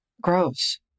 Gross